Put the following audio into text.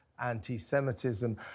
anti-Semitism